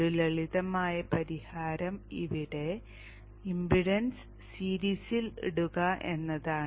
ഒരു ലളിതമായ പരിഹാരം ഇവിടെ ഇംപെഡൻസ് സീരീസിൽ ഇടുക എന്നതാണ്